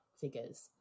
figures